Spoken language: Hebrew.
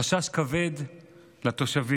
חשש כבד לתושבים